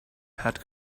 had